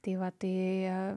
tai va tai